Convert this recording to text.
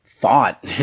thought